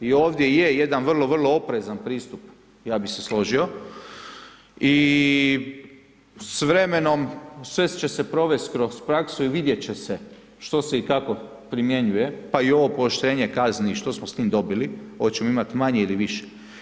I ovdje je jedan vrlo, vrlo oprezan pristup, ja bih se složio i s vremenom sve će se provesti kroz praksu i vidjeti će se što se i kako primjenjuje, pa i ovo pooštrenje kazni što smo s time dobili, hoćemo li imati manje ili više.